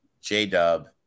J-Dub